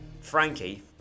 Frankie